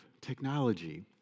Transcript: technology